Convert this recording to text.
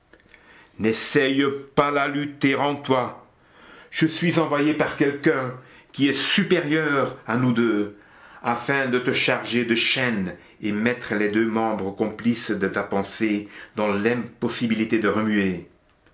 n'essaie pas la lutte et rends-toi je suis envoyé par quelqu'un qui est supérieur à nous deux afin de te charger de chaînes et mettre les deux membres complices de ta pensée dans l'impossibilité de remuer